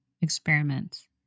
experiments